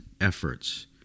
efforts